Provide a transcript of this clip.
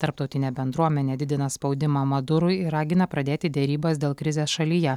tarptautinė bendruomenė didina spaudimą madurui ir ragina pradėti derybas dėl krizės šalyje